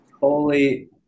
holy